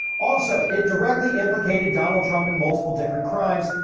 also, it directly implicated donald trump in multiple different crimes,